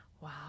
Wow